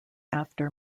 after